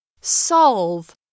Solve